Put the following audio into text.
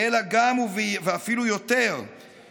שגם אם תחילתו בשטחי הרשות הפלסטינית עיקר נזקו בתחום שלנו,